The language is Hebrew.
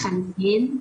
אני מסכימה,